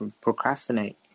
procrastinate